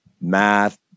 math